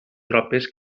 tropes